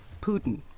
Putin